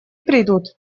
придут